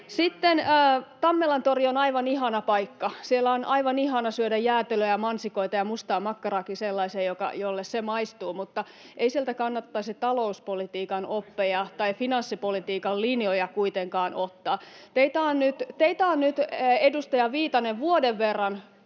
Sitten, Tammelantori on aivan ihana paikka. Siellä on aivan ihana syödä jäätelöä ja mansikoita ja mustaamakkaraakin sellaisen, jolle se maistuu, [Antti Kurvinen: Maistuu, maistuu! — Naurua] mutta ei sieltä kannattaisi talouspolitiikan oppeja tai finanssipolitiikan linjoja kuitenkaan ottaa. [Sosiaalidemokraattien